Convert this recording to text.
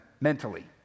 mentally